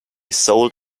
sold